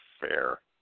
fair